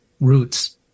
roots